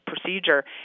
procedure